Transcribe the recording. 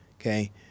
Okay